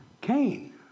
Cain